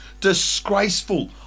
Disgraceful